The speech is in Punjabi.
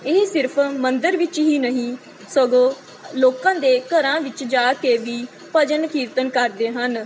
ਇਹ ਸਿਰਫ ਮੰਦਰ ਵਿੱਚ ਹੀ ਨਹੀਂ ਸਗੋਂ ਲੋਕਾਂ ਦੇ ਘਰਾਂ ਵਿੱਚ ਜਾ ਕੇ ਵੀ ਭਜਨ ਕੀਰਤਨ ਕਰਦੇ ਹਨ